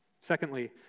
Secondly